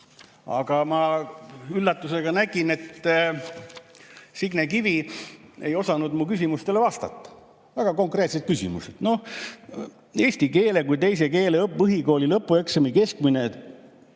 Aga ma üllatusega nägin, et Signe Kivi ei osanud mu küsimustele vastata. Väga konkreetsed küsimused. Eesti keele kui teise keele põhikooli lõpueksami keskmine